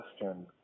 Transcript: question